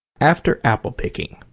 after apple-picking